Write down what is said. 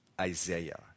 Isaiah